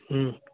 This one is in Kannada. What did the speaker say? ಹ್ಞೂ